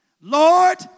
Lord